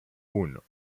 uno